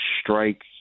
strike